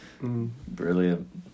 Brilliant